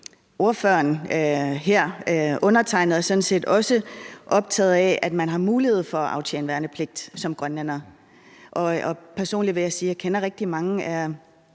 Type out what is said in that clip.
sådan set også undertegnede er optaget af, at man har mulighed for at aftjene værnepligt som grønlænder. Personligt vil jeg sige, at